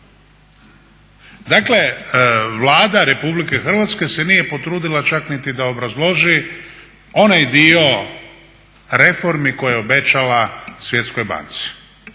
Dakle, Vlada Republike Hrvatske se nije potrudila čak niti da obrazloži onaj dio reformi koji je obećala Svjetskoj banci.